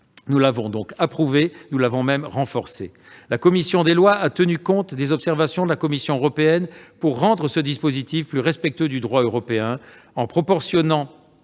Nous l'avons donc approuvée ; nous l'avons même renforcée. La commission des lois a tenu compte des observations de la Commission européenne pour rendre ce dispositif plus respectueux du droit européen en proportionnant